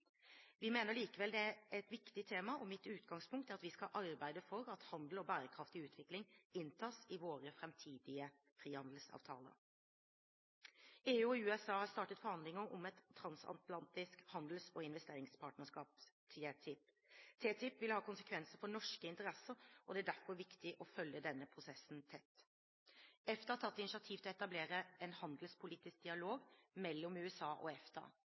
Vi mener likevel det er et viktig tema, og mitt utgangspunkt er at vi skal arbeide for at handel og bærekraftig utvikling inntas i våre framtidige frihandelsavtaler. EU og USA har startet forhandlinger om et transatlantisk handels- og investeringspartnerskap – TTIP. TTIP vil ha konsekvenser for norske interesser, og det er derfor viktig å følge denne prosessen tett. EFTA har tatt initiativ til å etablere en handelspolitisk dialog mellom USA og EFTA.